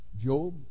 Job